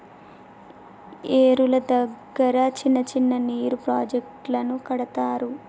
ఏరుల దగ్గర చిన్న చిన్న నీటి ప్రాజెక్టులను కడతారు